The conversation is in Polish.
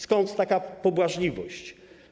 Skąd taka pobłażliwość?